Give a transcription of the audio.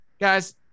Guys